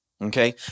Okay